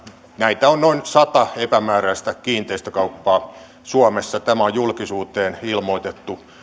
näitä on on noin sata epämääräistä kiinteistökauppaa suomessa tämä on julkisuuteen ilmoitettu